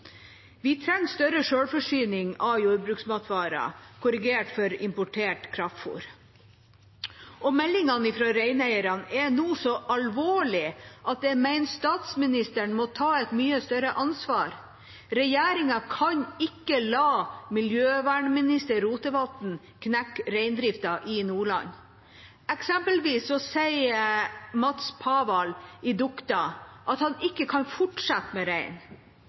Vi trenger større selvforsyning av jordbruksvarer, korrigert for importert kraftfôr. Meldingene fra reineierne er nå så alvorlige at jeg mener statsministeren må ta et mye større ansvar. Regjeringa kan ikke la miljøminister Rotevatn knekke reindriften i Nordland. Eksempelvis sier Mats Pavall i Duokta at han ikke kan fortsette med rein.